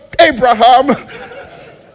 Abraham